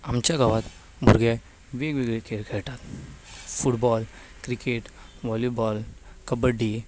आमच्या गांवांत भुरगे वेगवेगळे खेळ खेळतात फुटबॉल क्रिकेट व्हॉलीबॉल कबड्डी